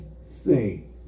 sing